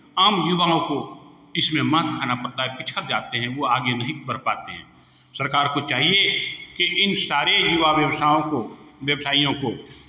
आम युवाओं को इसमें मात खाना पड़ता है पिछड़ जाते हैं वो आगे नहीं बढ़ पाते हैं सरकार को चाहिए की इन सारे युवा व्यवसायों को व्यवसायियों को